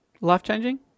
Life-changing